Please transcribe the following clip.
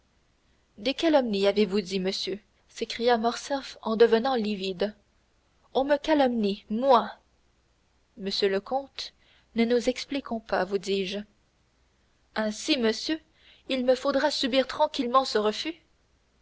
des calomnies avez-vous dit monsieur s'écria morcerf en devenant livide on me calomnie moi monsieur le comte ne nous expliquons pas vous dis-je ainsi monsieur il me faudra subir tranquillement ce refus